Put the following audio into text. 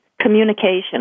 communication